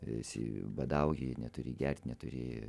esi badauji neturi gert neturi